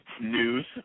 news